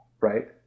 right